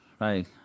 right